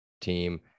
team